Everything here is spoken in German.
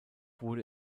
wurde